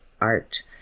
art